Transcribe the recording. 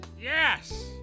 yes